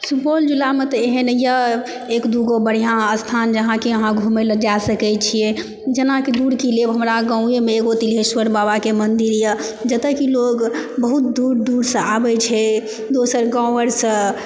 सुपौल जिलामे तऽ एहन यऽ एक दू गो बढ़िआँ स्थान जहाँ कि अहाँ घुमै लऽ जाऽ सकैत छिऐ जेनाकि दूर की लेब हमरा गाँवोमे एगो तिल्हेश्वर बाबाके मंदिर यऽ जतए कि लोग बहुत दूर दूरसंँ आबैत छै दोसर गाँव आरसँ